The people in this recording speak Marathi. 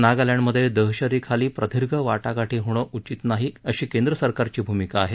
नागालँडमधे दहशतीखाली प्रदीर्घ वाटाघाटी होणं उचित नाही अशी केंद्रसरकारची भूमिका आहे